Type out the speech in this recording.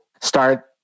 start